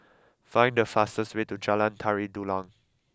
find the fastest way to Jalan Tari Dulang